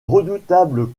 redoutables